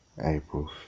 April